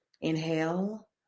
Inhale